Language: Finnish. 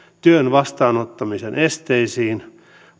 työn vastaanottamisen esteisiin